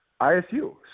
ISU